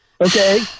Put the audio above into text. Okay